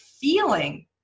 feeling